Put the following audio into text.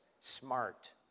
smart